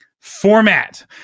Format